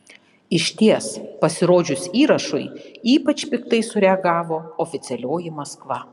išties pasirodžius įrašui ypač piktai sureagavo oficialioji maskva